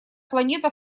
планета